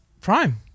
prime